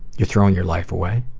you're throwing your life away.